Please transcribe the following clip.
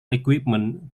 equipment